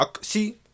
See